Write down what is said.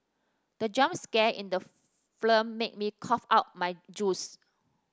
the jump scare in the film made me cough out my juice